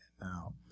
Now